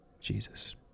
Jesus